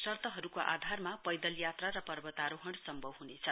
शर्तहरूको आधारमा पैदलयात्रा र पर्वतारोहण सम्भव हुनेछ